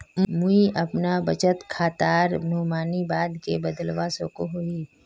मुई अपना बचत खातार नोमानी बाद के बदलवा सकोहो ही?